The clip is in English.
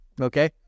Okay